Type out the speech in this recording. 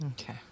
Okay